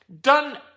Done